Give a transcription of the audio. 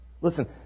listen